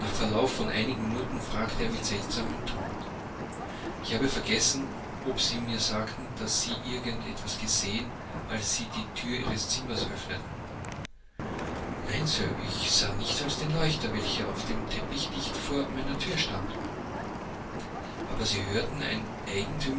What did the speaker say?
nach verlauf von einigen minuten fragte er mit seltsamem ton ich habe vergessen ob sie mir sagten daß sie irgend etwas gesehen als sie die thür ihres zimmers öffneten nein sir ich sah nichts als den leuchter welcher auf dem teppich dicht vor meiner thür stand aber sie hörten ein